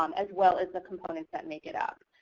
um as well as the components that make it up.